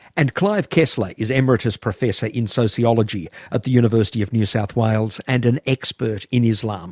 and clive kessler is emeritus professor in sociology at the university of new south wales and an expert in islam.